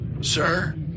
Sir